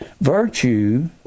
Virtue